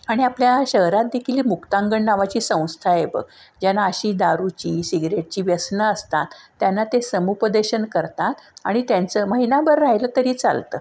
आणि आपल्या शहरात देखील हे मुक्तांगण नावाची संस्था आहे बघ ज्यांना अशी दारूची सिगरेटची व्यसनं असतात त्यांना ते समूपदेशन करतात आणि त्यांचं महिनाभर राहिलं तरी चालतं